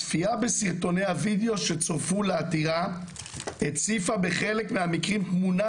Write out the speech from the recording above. הצפייה בסרטוני הווידאו שצורפו לעתירה הציפה בחלק מהמקרים תמונה